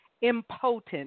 impotent